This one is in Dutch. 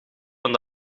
van